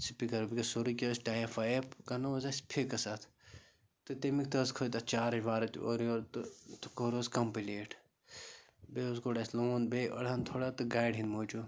speaker وٕپی سورُے کیٚنٛہہ حظ ٹایِپھ وایِپ کَرنو حظ اَسہِ فِکٕس اَتھ تہٕ تمیُک تہٕ حظ کھٔتۍ اَتھ چارٕج وارٕج تہٕ اورٕ یورٕ تہٕ تہٕ کوٚر حظ کَمپٕلیٖٹ بیٚیہِ حظ کوٚڑ اَسہِ لون بیٚیہِ أڑہان تھوڑا تہٕ گاڑِ ہٕندۍ موٗجوٗب